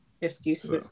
Excuses